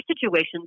situations